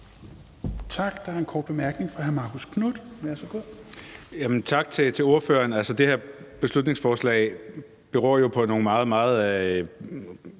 Tak, så er der en kort bemærkning fra hr. Marcus Knuth. Værsgo. Kl. 16:30 Marcus Knuth (KF): Tak til ordføreren. Det her beslutningsforslag beror jo på nogle meget, meget